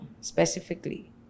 specifically